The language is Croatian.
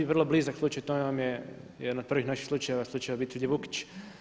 I vrlo blizak slučaj tome vam je jedan od prvih naših slučajeva, slučaj obitelji Vukić.